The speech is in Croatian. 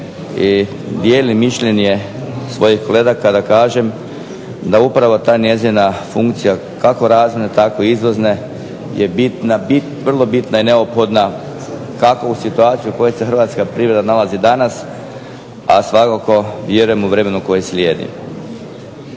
i dijelim mišljenje svojih kolega kada kažem da upravo ta njezina funkcija kako razvojne tako i izvozne je bitna, vrlo bitna i neophodna kako u situaciji u kojoj se hrvatska poljoprivreda nalazi danas, a svakako vjerujem u vremenu koje slijedi.